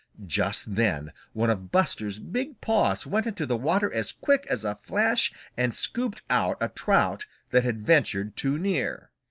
just then one of buster's big paws went into the water as quick as a flash and scooped out a trout that had ventured too near.